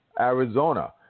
Arizona